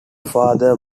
father